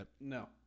No